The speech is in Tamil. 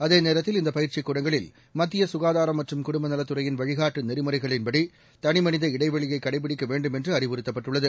அதேநேரத்தில் இந்தப் பயிற்சிக் கூடங்களில் மத்திய சுகாதாரம் மற்றும் குடும்ப நலத் துறையின் வழிகாட்டு நெறிமுறைகளின்படி தனிமனித இடைவெளியை கடைபிடிக்க வேண்டும் என்று அறிவுறுத்தப்பட்டுள்ளது